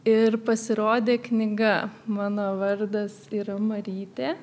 ir pasirodė knyga mano vardas yra marytė